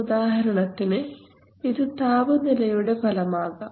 ഉദാഹരണത്തിന് ഇത് താപനിലയുടെ ഫലമാകാം